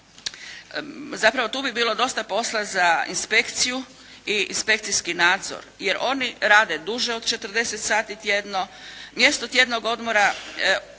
objektu. Tu bi bilo dosta posla za inspekciju i inspekcijski nadzor, jer oni rade duže od 40 sati tjedno, umjesto tjednog odmora